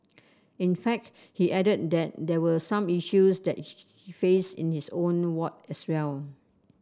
in fact he added that there were some issues that faced in his own ward as well